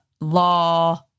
law